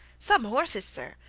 some horses, sir!